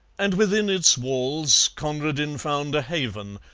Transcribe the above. and within its walls conradin found a haven,